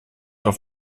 auf